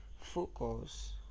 Focus